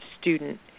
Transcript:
student